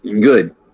Good